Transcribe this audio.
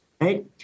right